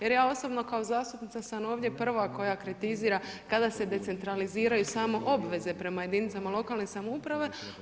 Jer ja osobno kao zastupnicama sam ovdje prva koja kritizira kada se decentraliziraju samo obveze prema jedinicama lokalne samouprave.